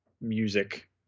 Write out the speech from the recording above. music